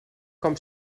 com